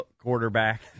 quarterback